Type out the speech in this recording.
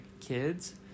kids